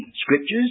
scriptures